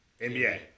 NBA